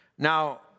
Now